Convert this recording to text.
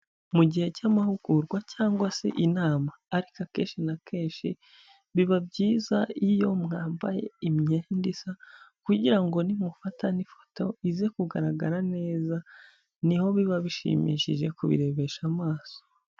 Mu gihe cy'amahugurwa cyangwa se inama, ariko akeshi na kenshi biba byiza iyo mwambaye imyenda isa, kugira ngo nimufata ifoto ize kugaragara neza, niho biba bishimishije kubirebesha amaso.